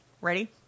Ready